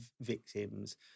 victims